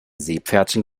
seepferdchen